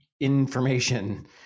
information